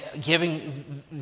giving